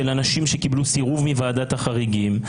אנשים שקיבלו סירוב מוועדת החריגים.